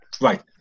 right